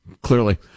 Clearly